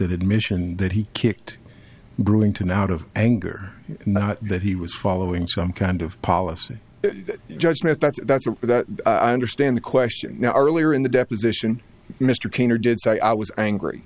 admission that he kicked brewington out of anger not that he was following some kind of policy judgment but that's what i understand the question now earlier in the deposition mr cain or did so i was angry